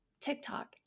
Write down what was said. TikTok